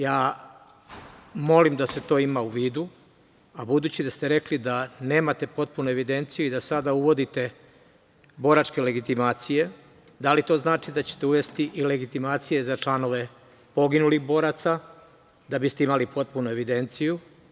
Ja molim da se to ima u vidu, a budući da ste rekli da nemate potpunu evidenciju i da sada uvodite boračke legitimacije, da li to znači da ćete uvesti i legitimacije za članove poginulih boraca, da biste imali potpunu evidenciju?